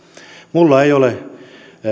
minulla ei ole